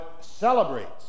celebrates